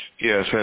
Yes